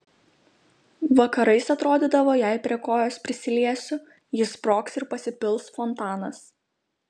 vakarais atrodydavo jei prie kojos prisiliesiu ji sprogs ir pasipils fontanas